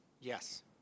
Yes